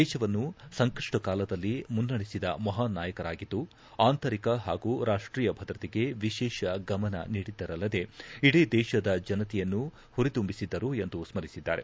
ದೇಶವನ್ನು ಸಂಕಷ್ಟ ಕಾಲದಲ್ಲಿ ಮುನ್ನಡೆಸಿದ ಮಹಾನ್ ನಾಯಕರಾಗಿದ್ದು ಆಂತರಿಕ ಹಾಗೂ ರಾಷ್ಷೀಯ ಭದ್ರತೆಗೆ ವಿಶೇಷ ಗಮನ ನೀಡಿದ್ದರಲ್ಲದೆ ಇಡೀ ದೇಶದ ಜನತೆಯನ್ನು ಪುರಿದುಂಬಿಸಿದ್ದರು ಎಂದು ಸ್ಥರಿಸಿದ್ದಾರೆ